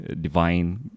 divine